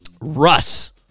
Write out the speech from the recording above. russ